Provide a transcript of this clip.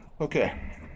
Okay